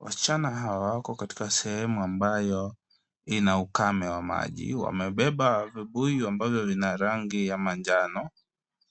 Wasichana hawa wako katika sehemu ambayo ina ukame wa maji. Wamebeba vibuyu ambavyo vina rangi ya manjano.